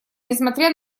несмотря